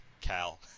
Cal